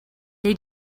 they